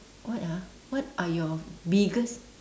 what ah what are your biggest